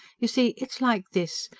you see it's like this.